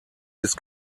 ist